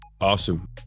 awesome